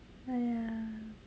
!aiya!